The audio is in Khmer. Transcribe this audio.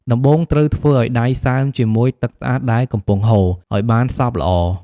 ដំបូងត្រូវធ្វើឱ្យដៃសើមជាមួយ ទឹកស្អាតដែលកំពុងហូរ ឱ្យបានសព្វល្អ។